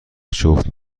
جفت